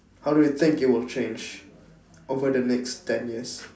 how do you think it will change over the next ten years